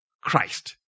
Christ